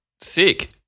Sick